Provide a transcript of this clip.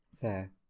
Fair